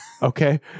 Okay